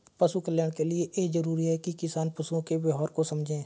पशु कल्याण के लिए यह जरूरी है कि किसान पशुओं के व्यवहार को समझे